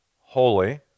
holy